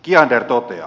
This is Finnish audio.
kiander toteaa